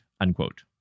unquote